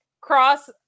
Cross